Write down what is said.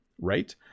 right